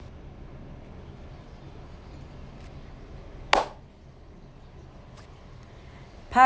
part